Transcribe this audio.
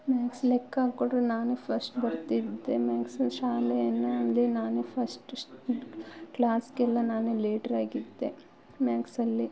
Max ಲೆಕ್ಕ ಕೊಟ್ಟರೆ ನಾನೇ ಫಸ್ಟ್ ಬರ್ತಿದ್ದೆ ಮ್ಯಾಕ್ಸ್ ಶಾಲೆನಲ್ಲಿ ನಾನೇ ಫಸ್ಟ್ ಕ್ಲಾಸ್ಗೆಲ್ಲ ನಾನೇ ಲೀಡ್ರಾಗಿದ್ದೆ ಮ್ಯಾಕ್ಸಲ್ಲಿ